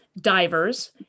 divers